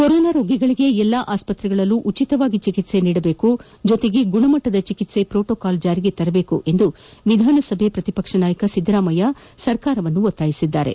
corona ರೋಗಿಗಳಿಗೆ ಎಲ್ಲ ಆಸ್ಪತ್ರೆಗಳಲ್ಲಿ ಉಚಿತವಾಗಿ ಚಿಕಿತ್ಸೆ ನೀಡಬೇಕು ಜೊತೆಗೆ ಗುಣಮಟ್ಟದ ಚೆಕಿತ್ಸೆ ಪ್ರೊಟೊಕಾಲ್ ಜಾರಿಗೆ ತರಬೇಕು ಎಂದು ವಿಧಾನಸಭೆ ವಿರೋಧ ಪಕ್ಷದ ನಾಯಕ ಸಿದ್ದರಾಮಯ್ಯ ಸರ್ಕಾರವನ್ನು ಒತ್ತಾಯಿಸಿದ್ದಾರೆ